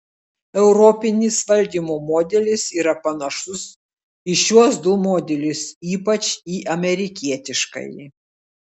europinis valdymo modelis yra panašus į šiuos du modelius ypač į amerikietiškąjį